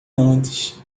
antes